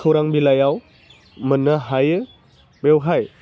खौरां बिलाइयाव मोन्नो हायो बेवहाय